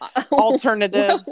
alternative